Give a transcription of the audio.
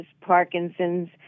Parkinson's